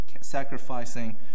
sacrificing